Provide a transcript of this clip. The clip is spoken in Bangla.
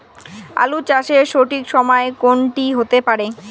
আলু চাষের সঠিক সময় কোন টি হতে পারে?